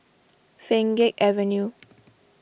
Pheng Geck Avenue